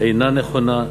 אינה נכונה.